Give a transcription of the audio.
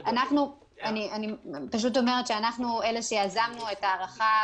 אנחנו אלה שיזמנו את ההארכה,